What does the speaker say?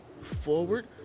forward